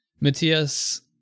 Matthias